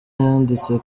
yanditse